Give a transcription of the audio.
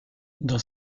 dans